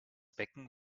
becken